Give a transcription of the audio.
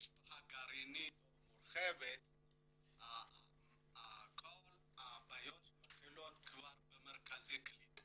משפחה גרעינית או מורחבת כל הבעיות מתחילות כבר במרכזי הקליטה.